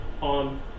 on